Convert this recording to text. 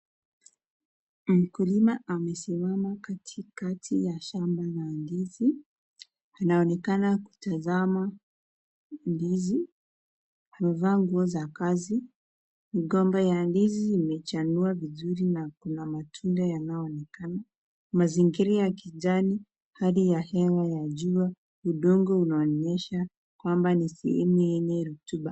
Mkulima amesimama katikati ya shamba la ndizi. Anaonekana kutazama ndizi, amevaa nguo za kazi. Mgomba wa ndizi imechanua vizuri na kuna matunda yanayonekana. Mazingira ya kijani, hali ya hewa ya jua, udongo unaonyesha kwamba ni sehemu yenye rotuba.